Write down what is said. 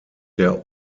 der